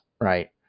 right